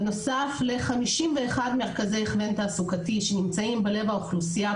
בנוסף ל-51 מרכזי הכוון תעסוקתי שנמצאים בלב האוכלוסייה,